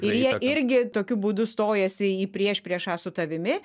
ir jie irgi tokiu būdu stojasi į priešpriešą su tavimi